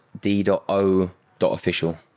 d.o.official